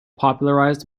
popularized